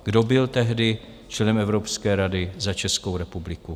Kdo byl tehdy členem Evropské rady za Českou republiku?